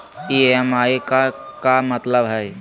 EMI के का मतलब हई?